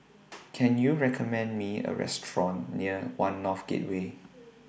Can YOU recommend Me A Restaurant near one North Gateway